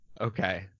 Okay